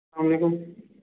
اَلسلام علیکُم